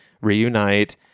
reunite